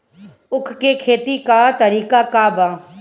उख के खेती का तरीका का बा?